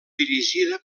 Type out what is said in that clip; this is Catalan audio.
dirigida